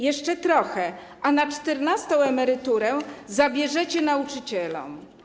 Jeszcze trochę, a na czternastą emeryturę zabierzecie nauczycielom.